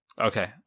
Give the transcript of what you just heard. Okay